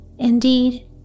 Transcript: Indeed